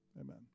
amen